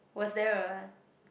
was there a